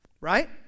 right